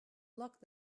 locked